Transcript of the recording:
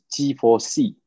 G4C